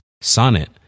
Sonnet